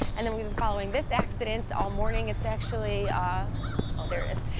and then we've been following this accident all morning, it's actually ah ah there it is,